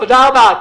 תודה רבה.